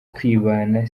kwibana